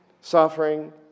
suffering